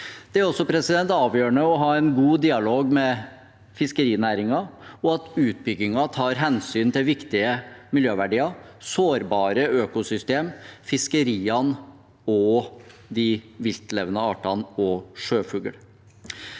Det er også avgjørende å ha en god dialog med fiskerinæringen, og at utbyggingen tar hensyn til viktige miljøverdier, sårbare økosystem, fiskeriene og de viltlevende artene og sjøfugl.